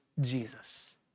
Jesus